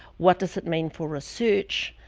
what does it mean for research,